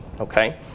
Okay